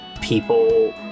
people